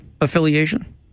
affiliation